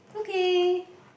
okay